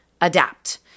adapt